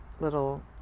little